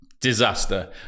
Disaster